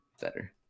better